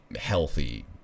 healthy